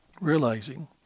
realizing